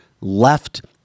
left